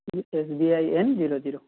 S B I N zero zero